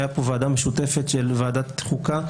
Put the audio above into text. הייתה פה ועדה משותפת של ועדת החוקה,